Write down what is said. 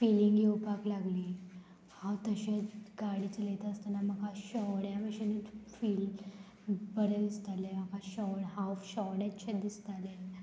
feeling येवपाक लागली हांव तशेंच गाडी चलयता आसतना म्हाका शेवण्या भशेनूच फील बरें दिसतालें म्हाका शोड हांव शेवणेंच शें दिसतालें